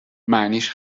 معنیش